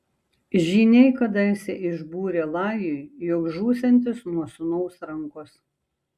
žyniai kadaise išbūrė lajui jog žūsiantis nuo sūnaus rankos